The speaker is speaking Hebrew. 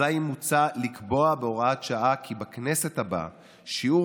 מוצע לקבוע בהוראת שעה כי בכנסת הבאה שיעור